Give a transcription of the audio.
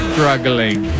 Struggling